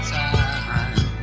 time